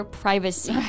privacy